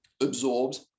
absorbed